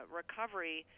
recovery